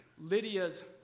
Lydia's